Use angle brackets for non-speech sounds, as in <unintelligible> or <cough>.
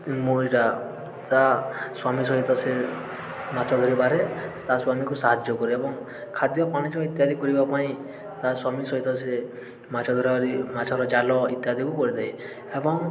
<unintelligible> ତା ସ୍ୱାମୀ ସହିତ ସେ ମାଛ ଧରିବାରେ ତା ସ୍ୱାମୀକୁ ସାହାଯ୍ୟ କରେ ଏବଂ ଖାଦ୍ୟ ପାଣି ଇତ୍ୟାଦି କରିବା ପାଇଁ ତା ସ୍ୱାମୀ ସହିତ ସେ ମାଛ ଧରାଳି ମାଛର ଜାଲ ଇତ୍ୟାଦିକୁ କରିଦିଏ ଏବଂ